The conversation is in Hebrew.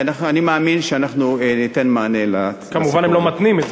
ואני מאמין שאנחנו ניתן מענה לסיפור הזה.